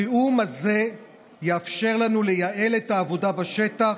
התיאום הזה יאפשר לנו לייעל את העבודה בשטח,